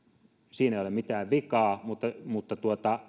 siinä ei ole mitään vikaa mutta mutta